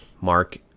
Mark